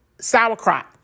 sauerkraut